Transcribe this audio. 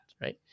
right